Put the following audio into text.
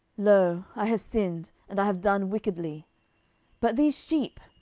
lo, i have sinned, and i have done wickedly but these sheep,